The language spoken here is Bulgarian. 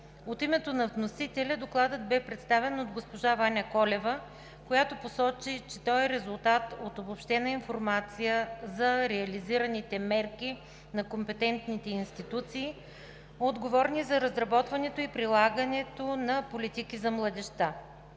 От името на вносителя Докладът бе представен от госпожа Ваня Колева, която посочи, че той е резултат от обобщена информация за реализираните мерки на компетентните институции, отговорни за разработване и прилагане на политики за младежта.